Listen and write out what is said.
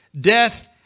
death